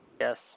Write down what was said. Yes